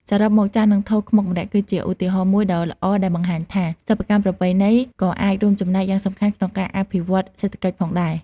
សរុបមក ចាន និងថូខ្មុកម្រ័ក្សណ៍ គឺជាឧទាហរណ៍មួយដ៏ល្អដែលបង្ហាញថា សិប្បកម្មប្រពៃណីក៏អាចរួមចំណែកយ៉ាងសំខាន់ក្នុងការអភិវឌ្ឍសេដ្ឋកិច្ចផងដែរ។